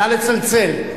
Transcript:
נא לצלצל.